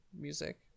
music